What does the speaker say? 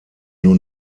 nur